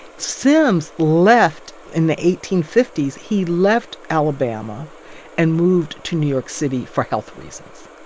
sims left in the eighteen fifty s, he left alabama and moved to new york city for health reasons.